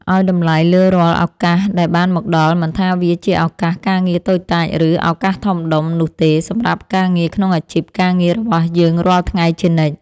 ឱ្យតម្លៃលើរាល់ឱកាសដែលបានមកដល់មិនថាវាជាឱកាសការងារតូចតាចឬឱកាសធំដុំនោះទេសម្រាប់ការងារក្នុងអាជីពការងាររបស់យើងរាល់ថ្ងៃជានិច្ច។